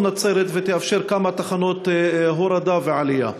נצרת ותאפשר כמה תחנות הורדה והעלאה.